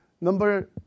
Number